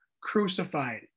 crucified